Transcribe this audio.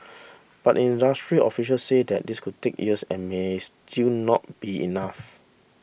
but industry officials say this could take years and may still not be enough